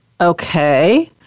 Okay